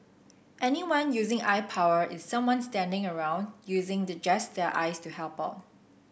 anyone using eye power is someone standing around using the just their eyes to help out